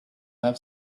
have